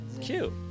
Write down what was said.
Cute